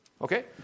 Okay